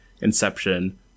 Inception